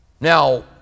Now